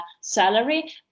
salary